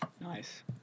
Nice